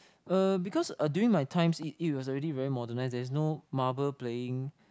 uh because uh during my times it it was already very modernised no marble playing